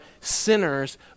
sinners